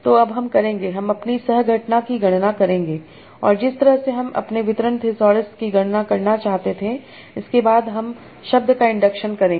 तो अब हम करेंगे हम अपनी सह घटना की गणना करेंगे और जिस तरह से हम अपने वितरण थिसॉरस की गणना करना चाहते हैं उसके बाद हम शब्द का इंडक्शन करेंगे